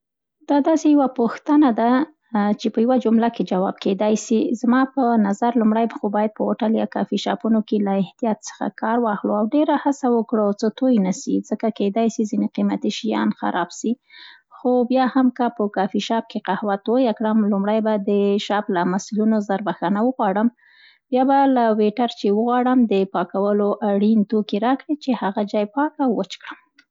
دا داسې یوه پوښتنه ده چي په یوه جمله کې جواب کېدای سي. زما په نظر لومړی خو باید په هوټل یا کافي شاپونو کې له احتیاطه کار واخلو او ډېره هڅه وکړو، څه توی نه سي، ځکه کیدای شي ځیني قیمتي شیان خراب سي. خو بیا هم که په کافي شاپ کې قهوه تویه کړم، لومړی به د شاپ له مسولینو زر بښنه وغواړم. بیا به له ویټر چې وغواړم د پاکولو اړین توکي راکړي چې هغه جای پاک او وچ کړم.